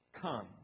come